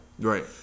Right